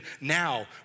now